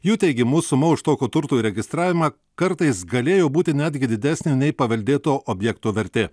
jų teigimu suma už tokio turto įregistravimą kartais galėjo būti netgi didesnė nei paveldėto objekto vertė